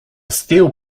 steel